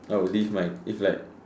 I will leave my if like